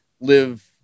live